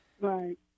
Right